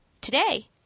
Today